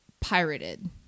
pirated